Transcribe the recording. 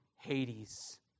Hades